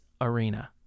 arena